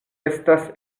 estas